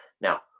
Now